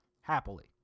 happily